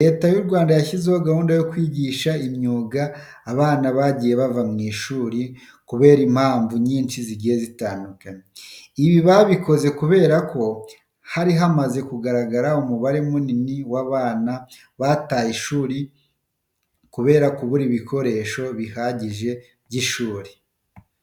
Leta y'u Rwanda yashyizeho gahunda yo kwigisha imyuga abana bagiye bava mu ishuri kubera impamvu nyinshi zigiye zitandukanye. Ibi babikoze kubera ko hari hamaze kugaragara umubare munini w'abana bataye ishuri kubera kubura ibikoresho bihagije by'ishuri.